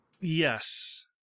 yes